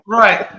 right